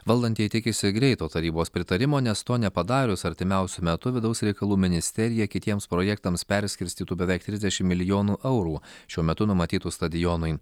valdantieji tikisi greito tarybos pritarimo nes to nepadarius artimiausiu metu vidaus reikalų ministerija kitiems projektams perskirstytų beveik trisdešim milijonų eurų šiuo metu numatytų stadionui